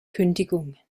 kündigung